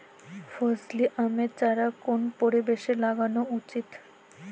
ফজলি আমের চারা কোন পরিবেশে লাগানো উচিৎ?